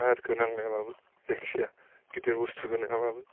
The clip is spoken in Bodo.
टायार खौ नांलायाबाबो जायखिया गिदिर बुस्थुखौ नोङाबाबो